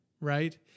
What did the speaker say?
right